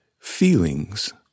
feelings